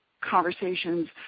conversations